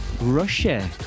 Russia